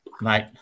Mate